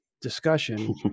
discussion